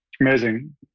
Amazing